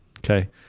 Okay